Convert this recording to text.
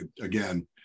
again